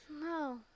No